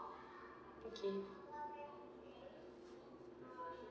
okay